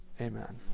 Amen